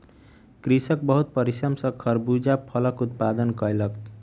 कृषक बहुत परिश्रम सॅ खरबूजा फलक उत्पादन कयलक